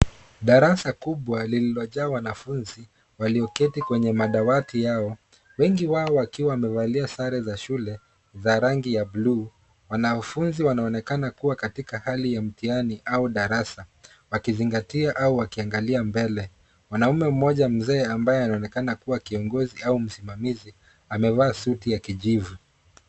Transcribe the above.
Darasa kubwa lililojaa wanafunzi walioketi kwenye madawati yao wengi wao wakiwa wamevalia sare za shule za rangi ya buluu. Wanafunzi wanaonekana kuwa katika hali ya mtihani au darasa wakizingatia au wakiangalia mbele. Mwanume mmoja mzee ambaye anaonekana kuwa kiongozi au msimamizi amevaa suti ya kijivu.